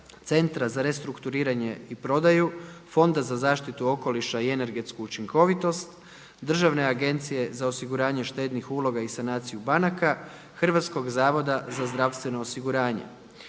Centra za restrukturiranje i prodaju, Fonda za zaštitu okoliša i energetsku učinkovitost, Državne agencije za osiguranje štednih uloga i sanaciju banaka, Hrvatskog zavoda za zdravstveno osiguranje.